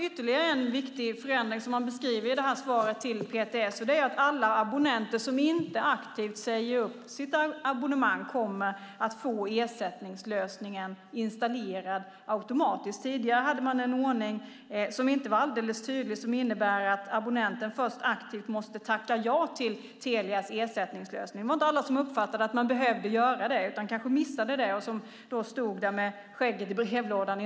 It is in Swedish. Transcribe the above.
Ytterligare en viktig förändring som gjorts och som beskrivs i svaret till PTS är att alla abonnenter som inte aktivt säger upp sitt abonnemang automatiskt kommer att få ersättningslösningen installerad. Tidigare hade man en ordning som inte var alldeles tydlig och som innebar att abonnenten först aktivt måste tacka ja till Telias ersättningslösning. Det var inte alla som uppfattade att man behövde göra det, så man missade kanske det och stod då där i någon mening med skägget i brevlådan.